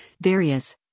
Various